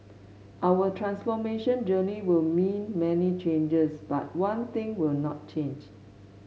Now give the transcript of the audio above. our transformation journey will mean many changes but one thing will not change